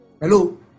Hello